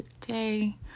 today